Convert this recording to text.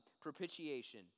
Propitiation